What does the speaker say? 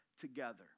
together